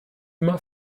immer